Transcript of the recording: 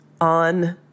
on